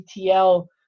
ETL